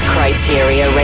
Criteria